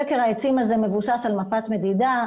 סקר העצים הזה מבוסס על מפת מדידה.